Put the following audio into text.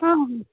हां हां